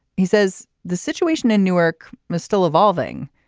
he says the situation in newark is still evolving.